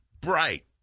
bright